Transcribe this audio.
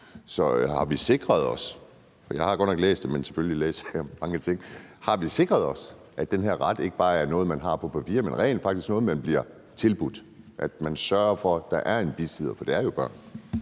jeg mange ting – at den ret ikke bare er noget, man har på papir, men rent faktisk er noget, man bliver tilbudt; at der bliver sørget for, at der er en bisidder? For det er jo børn.